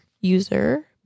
user